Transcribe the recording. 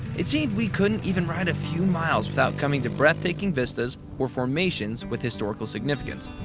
it seemed we couldn't even ride a few miles without coming to breathtaking vistas or formations with historical significance.